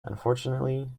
unfortunately